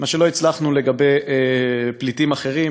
מה שלא הצלחנו לגבי פליטים אחרים